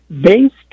based